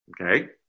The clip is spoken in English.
Okay